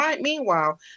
Meanwhile